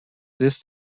this